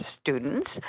students